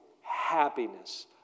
happiness